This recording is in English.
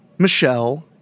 Michelle